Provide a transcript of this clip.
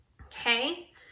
okay